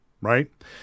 right